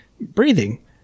Breathing